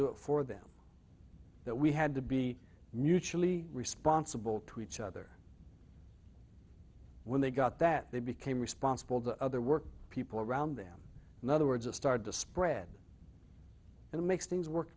do it for them that we had to be mutually responsible to each other when they got that they became responsible the other work people around them in other words it started to spread and it makes things work